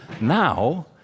Now